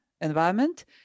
environment